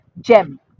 gem